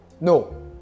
No